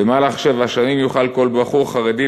במהלך שבע השנים יוכל כל בחור חרדי,